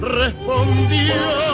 respondió